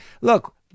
look